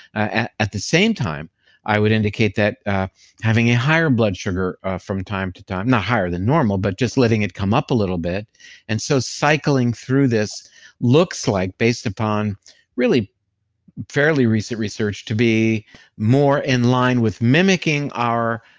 ah at the same time i would indicate that having a higher blood sugar from time to time, not higher than normal, but just letting it come up a little bit and so cycling through this looks like based upon really fairly recent research to be more in line with mimicking our